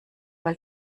weil